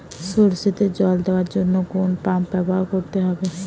সরষেতে জল দেওয়ার জন্য কোন পাম্প ব্যবহার করতে হবে?